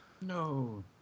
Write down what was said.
No